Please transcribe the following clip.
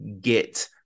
get